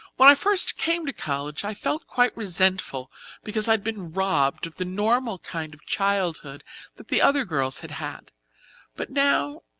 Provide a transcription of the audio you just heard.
when i first came to college i felt quite resentful because i'd been robbed of the normal kind of childhood that the other girls had had but now,